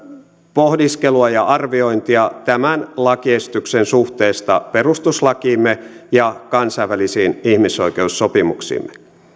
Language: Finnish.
pohdiskelua ja arviointia tämän lakiesityksen suhteesta perustuslakiimme ja kansainvälisiin ihmisoikeussopimuksiimme